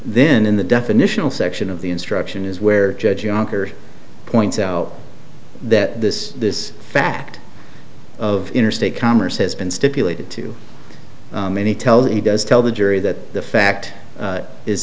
then in the definitional section of the instruction is where judge yonkers points out that this this fact of interstate commerce has been stipulated to many tell that he does tell the jury that the fact is